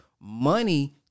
Money